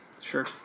Sure